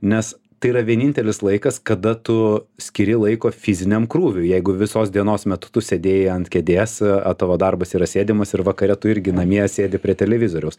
nes tai yra vienintelis laikas kada tu skiri laiko fiziniam krūviui jeigu visos dienos metu tu sėdėjai ant kėdės o tavo darbas yra sėdimas ir vakare tu irgi namie sėdi prie televizoriaus